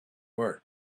work